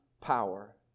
power